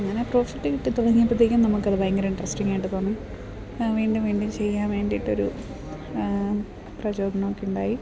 അങ്ങനെ പ്രോഫിറ്റ് കിട്ടി തുടങ്ങിയപ്പത്തേക്കും നമുക്കത് ഭയങ്കര ഇൻട്രസ്റ്റിങ്ങ് ആയിട്ട് തോന്നി വീണ്ടും വീണ്ടും ചെയ്യാൻ വേണ്ടിയിട്ടൊരു പ്രചോദനം ഒക്കെ ഉണ്ടായി